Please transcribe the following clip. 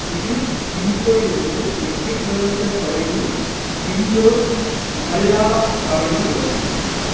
இது பிஞ்சோரிலிருந்து எட்டு கிலோ மீட்டர் தொலைவில் பிஞ்சோர் மல்லா சாலையில் உள்ளது